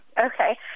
Okay